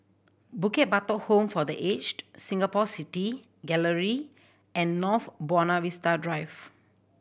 Bukit Batok Home for The Aged Singapore City Gallery and North Buona Vista Drive